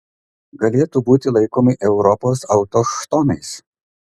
galėtų būti laikomi europos autochtonais